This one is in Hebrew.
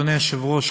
אדוני היושב-ראש,